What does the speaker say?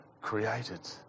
created